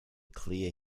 clear